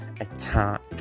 attack